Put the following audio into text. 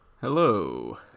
Hello